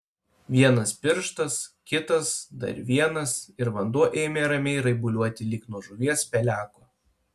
vienas pirštas kitas dar vienas ir vanduo ėmė ramiai raibuliuoti lyg nuo žuvies peleko